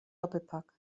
doppelpack